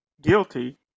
guilty